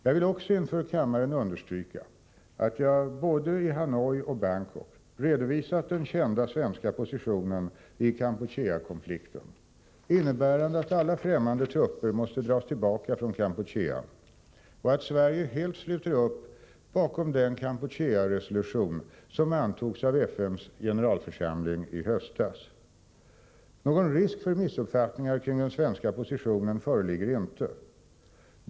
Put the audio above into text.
Jag vill också inför kammaren understryka att jag i både Hanoi och Bangkok redovisat den kända svenska positionen i Kampucheakonflikten innebärande att alla främmande trupper måste dras tillbaka från Kampuchea och att Sverige helt sluter upp bakom den Kampuchearesolution som antogs av FN:s generalförsamling i höstas. Någon risk för missuppfattningar kring den svenska positionen föreligger inte.